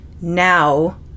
now